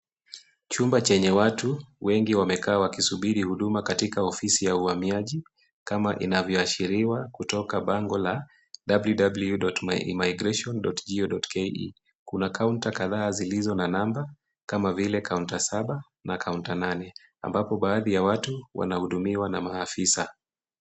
Chumba chenye watu wengi wamekaa wakisubiri huduma katika ofisi ya uhamiaji kama inavyoashiriwa kutoka bango la ww.immigration.go.ke . Kuna kaunta kadhaa zilizo na namba kama vile kaunta saba na kaunta nane ambapo baadhi ya watu wanahudumiwa na maafisa.